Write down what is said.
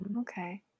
okay